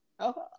Okay